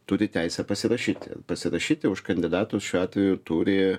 turi teisę pasirašyti pasirašyti už kandidatus šiuo atveju turi